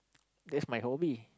that's my hobby